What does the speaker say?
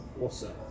awesome